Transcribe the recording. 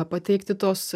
pateikti tos